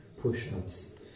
push-ups